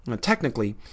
Technically